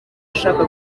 ashaka